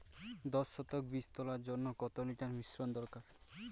দশ শতক বীজ তলার জন্য কত লিটার মিশ্রন দরকার?